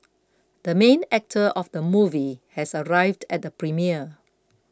the main actor of the movie has arrived at the premiere